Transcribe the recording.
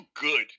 good